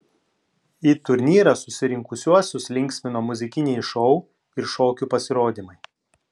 į turnyrą susirinkusiuosius linksmino muzikiniai šou ir šokių pasirodymai